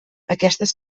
aquestes